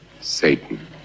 Satan